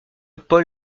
paul